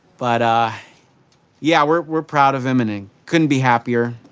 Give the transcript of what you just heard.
but ah yeah, we're we're proud of him and and couldn't be happier.